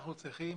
אנחנו צריכים